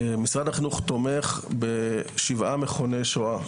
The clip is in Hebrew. משרד החינוך תומך בשבעה מכוני שואה.